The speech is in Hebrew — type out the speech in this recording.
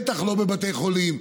בטח לא בבתי חולים,